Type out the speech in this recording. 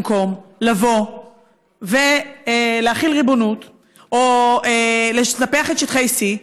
במקום לבוא ולהחיל ריבונות או לספח את שטחי C,